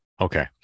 Okay